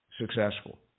successful